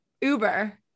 Uber